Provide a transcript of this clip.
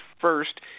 first